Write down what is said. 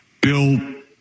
Bill